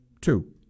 Two